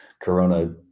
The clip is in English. corona